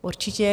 Určitě.